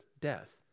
death